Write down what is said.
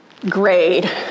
grade